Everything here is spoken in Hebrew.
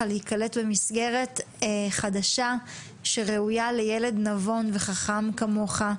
להיקלט במסגרת חדשה וראויה לילד חכם ונבון כמוך .